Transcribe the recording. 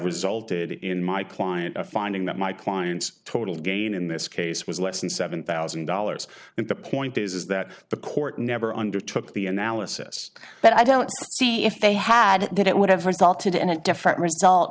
resulted in my client a finding that my client's total gain in this case was less than seven thousand dollars and the point is that the court never undertook the analysis but i don't see if they had that it would have resulted in a different result